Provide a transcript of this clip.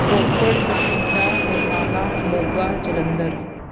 Ropar Bathinda Barnala Moga Jalandhar